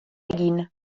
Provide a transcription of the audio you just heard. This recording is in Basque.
egin